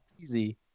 Easy